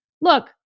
look